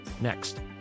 next